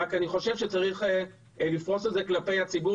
רק אני חושב שצריך לפרוס את זה כלפי הציבור